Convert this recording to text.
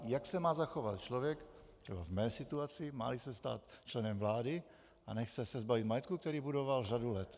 Jak se má zachovat člověk třeba v mé situaci, máli se stát členem vlády a nechce se zbavit majetku, který budoval řadu let.